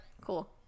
cool